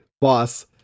boss